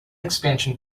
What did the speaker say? expansion